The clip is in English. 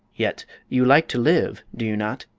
yet you like to live, do you not?